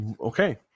Okay